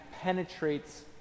penetrates